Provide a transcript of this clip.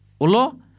Ulo